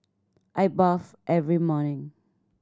I bathe every morning